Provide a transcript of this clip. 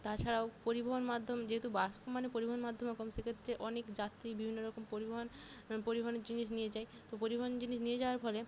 তাছাড়াও পরিবহন মাধ্যম যেহেতু বাস মানে পরিবহন মাধ্যমও কম সেক্ষেত্রে অনেক যাত্রী বিভিন্ন রকম পরিবহন পরিবহনের জিনিস নিয়ে যায় তো পরিবহন জিনিস নিয়ে যাওয়ার ফলে